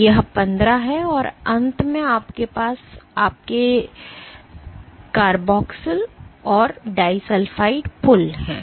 तो यह 15 है और अंत में आपके पास आपके COOH और डाइसल्फ़ाइड पुल हैं